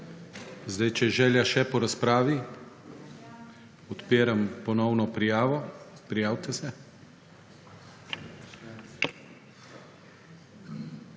Če je še želja po razpravi, odpiram ponovno prijavo. Prijavite se.